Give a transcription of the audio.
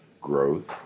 growth